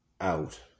out